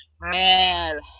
Man